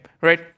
right